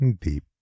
deep